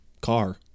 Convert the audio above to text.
car